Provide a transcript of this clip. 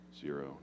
zero